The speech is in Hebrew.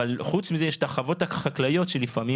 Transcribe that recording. אבל חוץ מזה יש את החוות החקלאיות שלפעמים